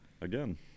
Again